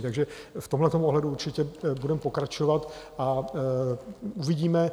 Takže v tomhle ohledu určitě budeme pokračovat a uvidíme.